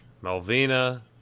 Malvina